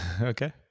Okay